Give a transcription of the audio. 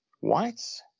Whites